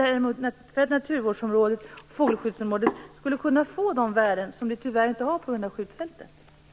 Då skulle naturskydds och fågelskyddsområdet kunna återfå det värde som det på grund av skjutfältet nu tyvärr inte har.